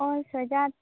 ᱦᱳᱭ ᱥᱚᱡᱟ